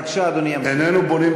בבקשה, אדוני ימשיך.